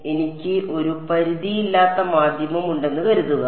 അതിനാൽ എനിക്ക് ഒരു പരിധിയില്ലാത്ത മാധ്യമം ഉണ്ടെന്ന് കരുതുക